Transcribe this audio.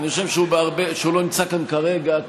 שהוא לא נמצא כאן כרגע,